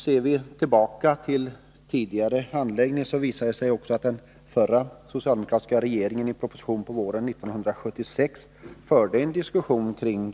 Ser vi tillbaka på tidigare handläggning, visar det sig också att den förra socialdemokratiska regeringen i en proposition våren 1976 diskuterade den här frågan.